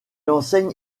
enseigne